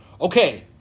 Okay